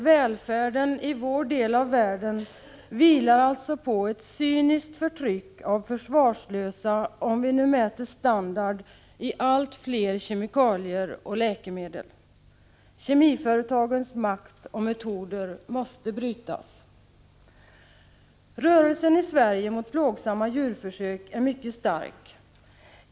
”Välfärden” i vår del av världen vilar alltså på ett cyniskt förtryck av försvarslösa, om vi mäter standard i allt fler kemikalier och läkemedel. Kemiföretagens makt och metoder måste brytas. Rörelsen i Sverige mot plågsamma djurförsök är mycket stark.